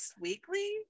weekly